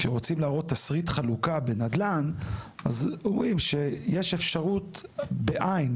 כשרוצים להראות תשריט חלוקה בנדל"ן אז אומרים שיש אפשרות בעין,